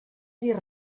dir